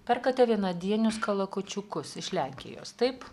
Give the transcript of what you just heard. perkate vienadienius kalakučiukus iš lenkijos taip